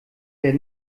der